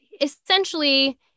essentially